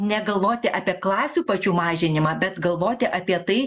negalvoti apie klasių pačių mažinimą bet galvoti apie tai